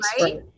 right